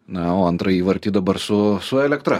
na o antrą įvartį dabar su su elektra